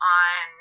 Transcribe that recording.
on